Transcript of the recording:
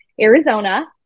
Arizona